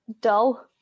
dull